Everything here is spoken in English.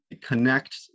connect